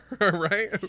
right